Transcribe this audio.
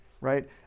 right